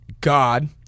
God